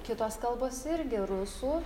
kitos kalbos irgi rusų